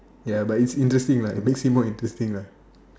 ya but it is interesting lah it makes it more interesting lah